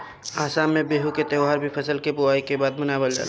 आसाम में बिहू के त्यौहार भी फसल के बोआई के बाद मनावल जाला